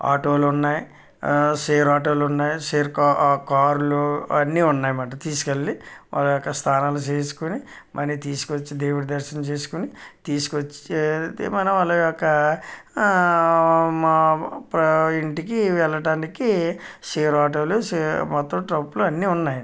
ఆటోలు ఉన్నాయి షేర్ ఆటోలు ఉన్నాయి షేర్ కార్లు కార్లు అన్నీ ఉన్నాయి అన్నమాట తీసుకెళ్లి వారి యొక్క స్థానాల్లో చేర్చుకొని మళ్ళీ తీసుకవచ్చి దేవుని దర్శనం చేసుకుని తీసుకవచ్చి మనం అలా ఒక మా ఇంటికి వెళ్ళటానికి షేర్ ఆటోలు షే మొత్తము ట్రిప్పులు అన్నీ ఉన్నాయి